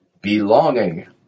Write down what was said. belonging